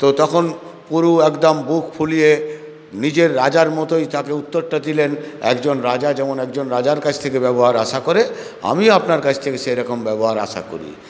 তো তখন পুরু একদম বুক ফুলিয়ে নিজের রাজার মতোই তাকে উত্তরটা দিলেন একজন রাজা যেমন একজন রাজার কাছ থেকে ব্যবহার আশা করে আমিও আপনার কাছ থেকে সেরকম ব্যবহার আশা করি